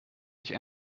nicht